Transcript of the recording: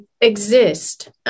exist